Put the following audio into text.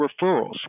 referrals